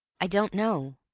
i don't know,